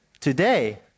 today